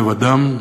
לבדם,